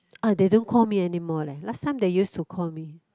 ah they don't call me anymore leh last time they used to call me